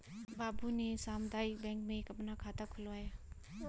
बाबू ने सामुदायिक बैंक में अपना एक खाता खुलवाया है